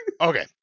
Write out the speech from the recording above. Okay